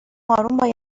آروم